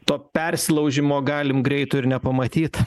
to persilaužimo galim greitu ir nepamatyt